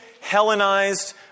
Hellenized